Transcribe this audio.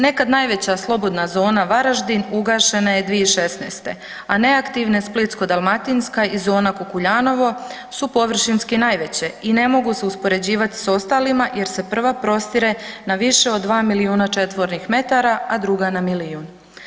Nekad najveća Slobodna zona Varaždin ugašena je 2016., a neaktivne Splitsko-dalmatinska i zona Kukuljanovo su površinski najveće i ne mogu se uspoređivati s ostalima jer se prva prostire na više od 2 milijuna četvornih metara, a druga na milijun.